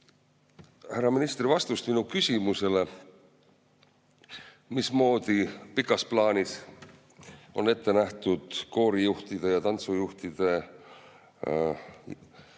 härra ministri vastust minu küsimusele, mismoodi pikas plaanis on ette nähtud koorijuhtide ja tantsujuhtide